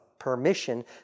permission